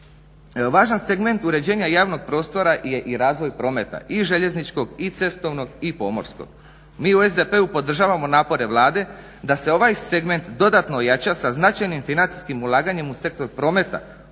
Važan segment uređenja javnog prostora je i razvoj prometa i željezničkog i cestovnog i pomorskog. Mi u SDP-u podržavamo napore Vlade da se ovaj segment dodatno ojača sa značajnim financijskim ulaganjem u sektor prometa